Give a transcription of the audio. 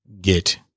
get